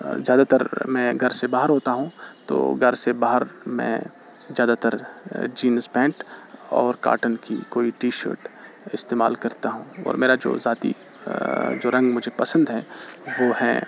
زیادہ تر میں گھر سے باہر ہوتا ہوں تو گھر سے باہر میں زیادہ تر جینس پینٹ اور کاٹن کی کوئی ٹی شرٹ استعمال کرتا ہوں اور میرا جو ذاتی جو رنگ مجھے پسند ہے وہ ہیں